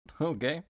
Okay